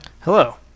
hello